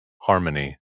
harmony